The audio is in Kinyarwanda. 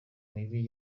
mibi